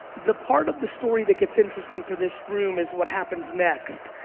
the part of the story that gets interesting for this room is what happens next.